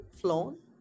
flown